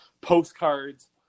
postcards